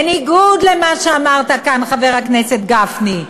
בניגוד למה שאמרת כאן, חבר הכנסת גפני.